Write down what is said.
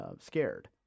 scared